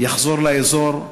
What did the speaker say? יחזור לאזור,